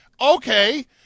Okay